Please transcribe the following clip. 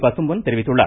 பசும்பொன் தெரிவித்துள்ளார்